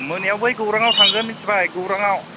मोनायाव बै गौरांआव थांगोन मिनथिबाय गौरांआव